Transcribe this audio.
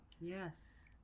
Yes